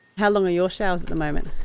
how long are your showers at the moment?